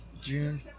June